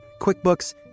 QuickBooks